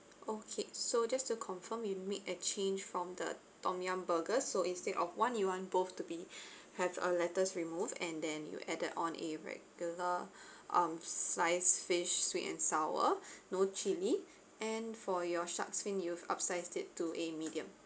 okay so just to confirm you made a change from the tom yum burger so instead of one you want both to be have a lettuce removed and then you added on a regular um sliced fish sweet and sour no chilli and for your shark's fin you've upsized it to a medium